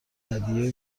هدیه